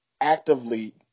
actively